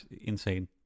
Insane